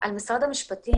על משרד המשפטים,